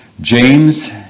James